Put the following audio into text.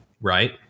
right